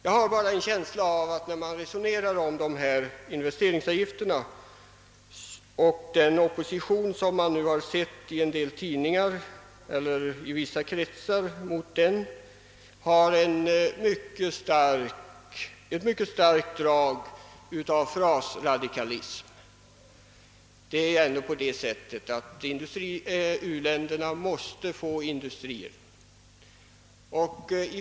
Jag har emellertid en känsla av att det, när man resonerar om investeringsgarantier och den opposition mot dessa som man nu har sett i en del tidningar och i vissa kretsar, har ett mycket starkt drag av frasradikalism. Det förhåller sig i alla fall så att u-länderna måste få industrier.